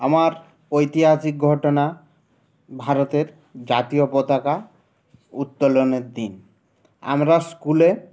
আমার ঐতিহাসিক ঘটনা ভারতের জাতীয় পতাকা উত্তোলনের দিন আমরা স্কুলে